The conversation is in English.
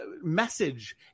message